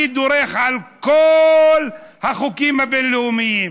אני דורך על כל החוקים הבין-לאומיים.